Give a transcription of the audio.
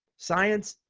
science,